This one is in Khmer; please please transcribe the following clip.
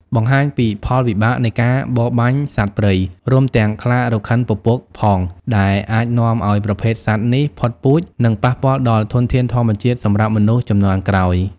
បង្ហាញពីផលវិបាកនៃការបរបាញ់សត្វព្រៃ រួមទាំងខ្លារខិនពពកផង ដែលអាចនាំឲ្យប្រភេទសត្វនេះផុតពូជ និងប៉ះពាល់ដល់ធនធានធម្មជាតិសម្រាប់មនុស្សជំនាន់ក្រោយ។